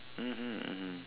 mmhmm mmhmm